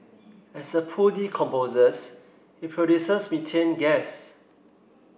as the poo decomposes it produces methane gas